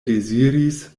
deziris